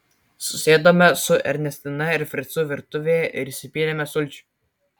susėdome su ernestina ir fricu virtuvėje ir įsipylėme sulčių